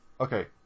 Okay